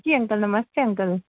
जी uncle नमस्ते uncle